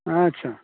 अच्छा